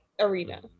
arena